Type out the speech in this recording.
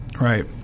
Right